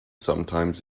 sometimes